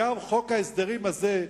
גם חוק ההסדרים הזה,